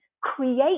create